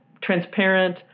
transparent